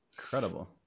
Incredible